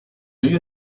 you